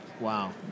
Wow